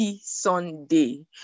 sunday